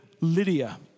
Lydia